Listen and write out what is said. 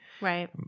Right